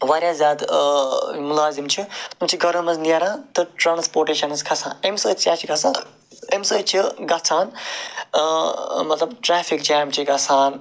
وارِیاہ زیادٕ مُلازِم چھِ یِم چھ گَرو منٛز نیران تہٕ ٹرانٛسپوٹیٚشنٕس کھسان اَمہِ سۭتۍ چھِ اَسہِ گَژھان اَمہِ سۭتۍ چھِ گَژھان مطلب ٹریفِک جام چھِ گَژھان